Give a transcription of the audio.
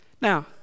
Now